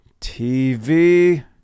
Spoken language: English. TV